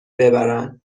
ببرن